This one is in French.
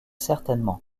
certainement